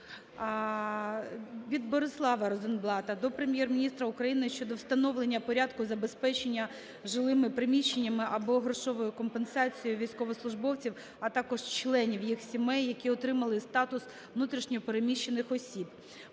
Від Борислава Розенблата до Прем'єр-міністра України щодо встановлення порядку забезпечення жилими приміщеннями або грошовою компенсацією військовослужбовців, а також членів їх сімей, які отримали статус внутрішньо-переміщених осіб.